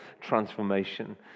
transformation